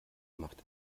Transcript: macht